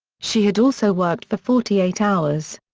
she had also worked for forty eight hours.